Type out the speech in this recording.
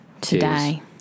today